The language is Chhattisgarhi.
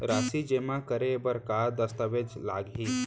राशि जेमा करे बर का दस्तावेज लागही?